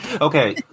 Okay